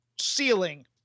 ceiling